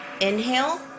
inhale